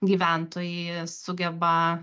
gyventojai sugeba